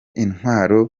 intwaro